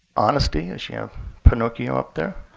honesty, as you have pinocchio up there.